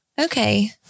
Okay